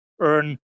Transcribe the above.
earn